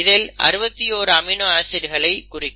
இதில் 61 அமினோ ஆசிட்களை குறிக்கும்